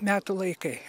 metų laikai